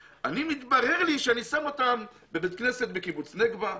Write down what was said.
התברר לי שאני שם אותם בבית כנסת בקיבוץ נגבה,